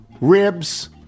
ribs